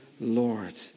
Lord